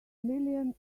million